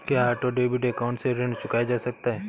क्या auto debit account से ऋण चुकाया जा सकता है?